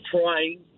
trying